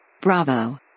Bravo